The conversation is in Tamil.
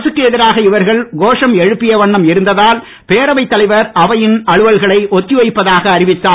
அரசுக்கு எதிராக இவர்கள் கோஷம் எழுப்பியவன்னம் இருந்ததால் பேரவை தலைவர் அவையில் அலுவல்களை ஒத்தி வைப்பதாக அறிவித்தார்